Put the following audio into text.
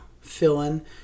fill-in